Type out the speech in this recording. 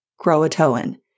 Croatoan